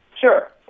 Sure